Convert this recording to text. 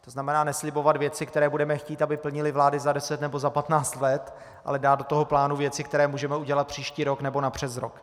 To znamená, neslibovat věci, které budeme chtít, aby plnily vlády za 10 nebo za 15 let, ale dát do plánu věci, které můžeme udělat příští rok nebo napřesrok.